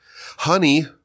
Honey